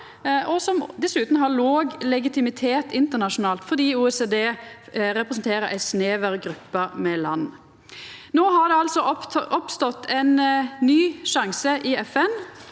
og som dessutan har låg legitimitet internasjonalt fordi OECD representerer ei snever gruppe med land. No har det altså oppstått ein ny sjanse i FN.